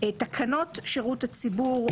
האם תחתום על ההצעה הזאת?